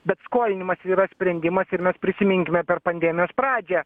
bet skolinimas yra sprendimas ir mes prisiminkime per pandemijos pradžią